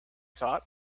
thought